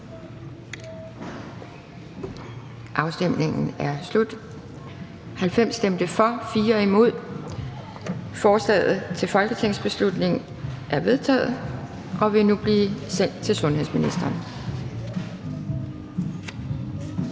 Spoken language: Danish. hverken for eller imod stemte 0. Forslaget til folketingsbeslutning er vedtaget og vil nu blive sendt til sundhedsministeren.